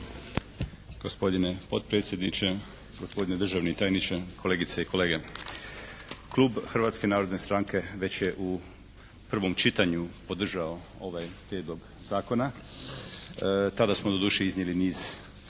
Hrvatske narodne stranke već je u prvom čitanju podržao ovaj prijedlog zakona. Tada smo doduše iznijeli niz